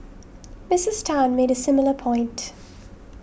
Misses Tan made a similar point